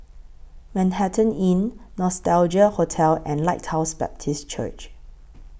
Manhattan Inn Nostalgia Hotel and Lighthouse Baptist Church